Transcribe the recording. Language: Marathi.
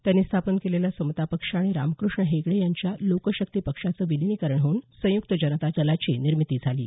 त्यांनी स्थापन केलेला समता पक्ष आणि रामकृष्ण हेगडे यांच्या लोकशक्ती पक्षाचं विलीनीकरण होऊन संयुक्त जनता दलाची निर्मिती झाली आहे